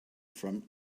from